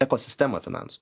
ekosistemą finansų